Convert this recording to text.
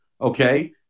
Okay